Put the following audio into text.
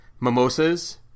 mimosas